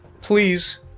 please